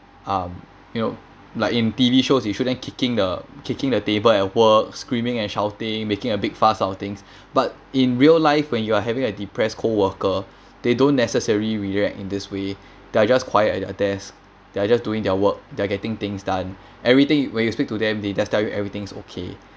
um you know like in T_V shows you see them kicking the kicking the table at work screaming and shouting making a big fuss out of things but in real life when you're having a depressed coworker they don't necessary react in this way they are just quiet at their desk they are just doing their work they are getting things done everything when you speak to them they just tell you everything's okay